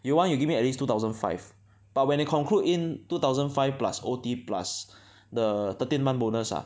you want you give me at least two thousand five but when you conclude in two thousand five plus O_T plus the thirteenth month bonus ah